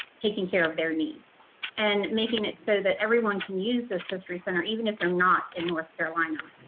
taking care of their needs and making it so that everyone can use this history center, even if they're not in, north carolina